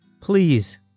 please